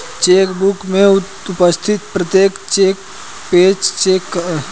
check book में उपस्थित प्रत्येक पेज चेक कहलाता है